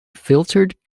filtered